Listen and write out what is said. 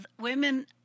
women